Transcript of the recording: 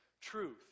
truth